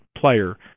player